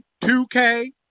2K